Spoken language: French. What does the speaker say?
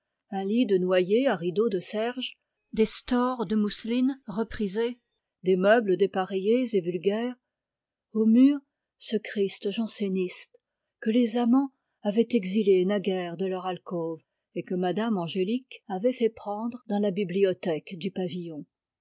un lit de noyer à rideaux de serge des stores de mousseline reprisés des meubles dépareillés et vulgaires au mur ce christ janséniste que les amants avaient exilé naguère de leur alcôve et que mme angélique avait fait prendre dans la bibliothèque du pavillon